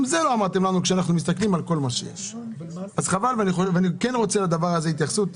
אנחנו בדיון שלישי על הסוגיה הזאת.